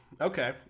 Okay